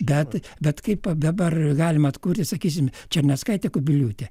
bet bet kaip dabar galima atkurti sakysim černiauskaitė kubiliūtė